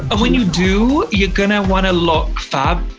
and when you do, you're gonna wanna look fab,